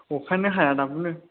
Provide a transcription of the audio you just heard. अखायानो हाया दाबोनो